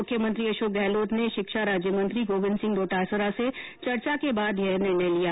मुख्यमंत्री अशोक गहलोत ने शिक्षा राज्य मंत्री गोविन्द सिंह डोटासरा से चर्चा के बाद ये निर्णय लिया